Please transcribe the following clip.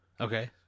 Okay